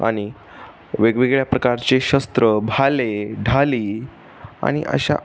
आणि वेगवेगळ्या प्रकारचे शस्त्र भाले ढाली आणि अशा